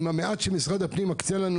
עם המעט שמשרד הפנים מקצה לנו